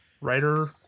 Writer